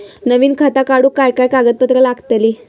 नवीन खाता काढूक काय काय कागदपत्रा लागतली?